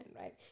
right